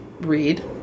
read